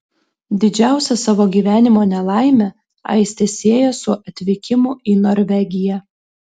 didžiausią savo gyvenimo nelaimę aistė sieja su atvykimu į norvegiją